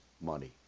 money